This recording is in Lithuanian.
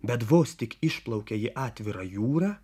bet vos tik išplaukė į atvirą jūrą